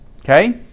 okay